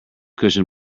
cushion